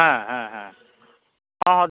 হ্যাঁ হ্যাঁ হ্যাঁ আমার